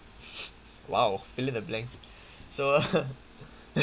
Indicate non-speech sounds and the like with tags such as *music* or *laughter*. !wow! fill in the blanks so *laughs*